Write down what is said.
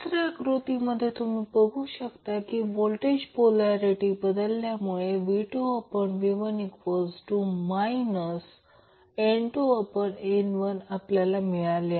तिसऱ्या आकृतीमध्ये तुम्ही बघू शकता की व्होल्टेज पोल्यारिटी बदलल्यामुळे V2V1 N2N1 आपल्याला मिळेल